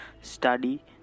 study